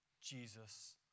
Jesus